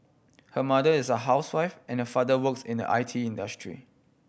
her mother is a housewife and her father works in the I T industry